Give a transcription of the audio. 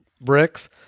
bricks